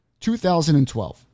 2012